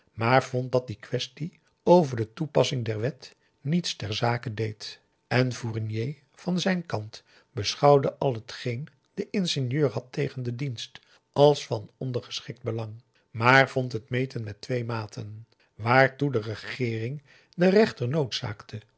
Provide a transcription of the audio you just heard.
maar vond dat die quaestie over de toepassing der wet niets ter zake deed en fournier van zijn kant beschouwde al hetgeen de ingenieur had tegen den dienst als van ondergeschikt belang maar vond het meten met twee maten waartoe de regeering den rechter noodzaakte